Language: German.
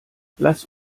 lass